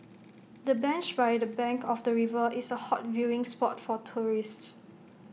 the bench by the bank of the river is A hot viewing spot for tourists